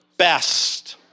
best